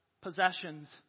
possessions